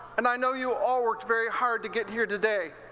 and i know you all worked very hard to get here today.